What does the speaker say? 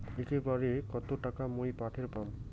একবারে কত টাকা মুই পাঠের পাম?